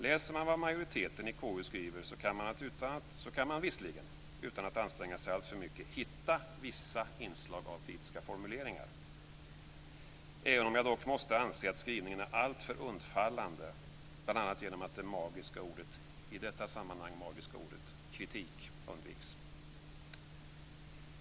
Läser man vad majoriteten i KU skriver kan man visserligen utan att anstränga sig alltför mycket hitta vissa inslag av kritiska formuleringar, även om jag måste anse att skrivningarna är alltför undfallande, bl.a. genom att det i detta sammanhang magiska ordet kritik undviks.